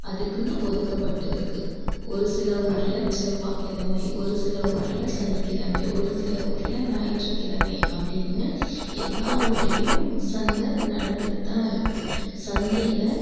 அதுக்குன்னு ஒதுக்கப்பட்டு இருக்குது ஒரு சில ஊரில் செவ்வாய்க்கிழமை ஒரு சில ஊரில் சனிக்கிழமை ஒரு சில ஊரில் ஞாயிற்றுக்கிழமை அப்படின்னு எல்லா ஊர்லேயும் சந்தை நடந்துட்டுதான் இருக்குது சந்தையில்